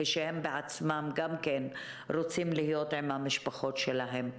ושהם בעצמם גם רוצים להיות עם המשפחות שלהם.